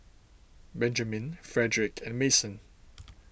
Benjamine Frederick and Mason